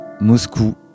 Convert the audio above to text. Moscou